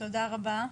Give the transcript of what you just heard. תודה רבה.